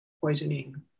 poisoning